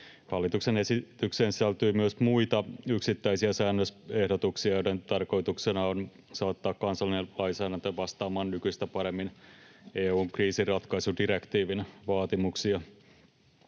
Hallituksen esitykseen sisältyy myös muita, yksittäisiä säännösehdotuksia, joiden tarkoituksena on saattaa kansallinen lainsäädäntö vastaamaan nykyistä paremmin EU:n kriisinratkaisudirektiivin vaatimuksia.